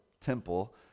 temple